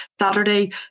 Saturday